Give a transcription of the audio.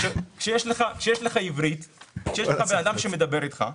כשיש לך עברית, כשיש לך בן אדם שמדבר איתך.